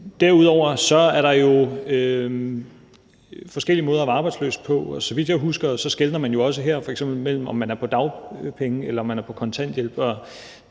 Derudover er der jo forskellige måder at være arbejdsløs på, og så vidt jeg husker, skelner man også her imellem, om man er på dagpenge eller man er på